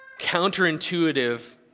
counterintuitive